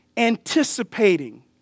Anticipating